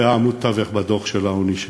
שבאמת היה עמוד תווך בדוח העוני שלי,